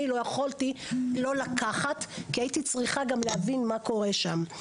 אני לא יכולתי לא לקחת כי הייתי צריכה גם להבין מה קורה שם.